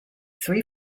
three